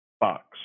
box